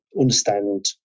understand